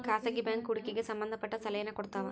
ಖಾಸಗಿ ಬ್ಯಾಂಕ್ ಹೂಡಿಕೆಗೆ ಸಂಬಂಧ ಪಟ್ಟ ಸಲಹೆನ ಕೊಡ್ತವ